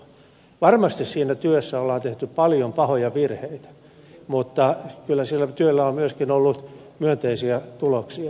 varmasti siinä työssä on tehty paljon pahoja virheitä mutta kyllä sillä työllä on myöskin ollut myönteisiä tuloksia